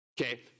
Okay